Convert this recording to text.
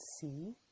see